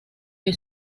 que